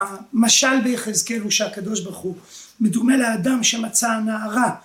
המשל ביחזקאל הוא שהקדוש ברוך הוא מדומה לאדם שמצא נערה